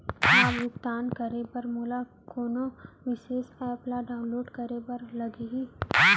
का भुगतान करे बर मोला कोनो विशेष एप ला डाऊनलोड करे बर लागही